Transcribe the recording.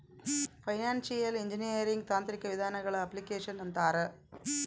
financial engineering ತಾಂತ್ರಿಕ ವಿಧಾನಗಳ application ಅಂತಾರ